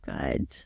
good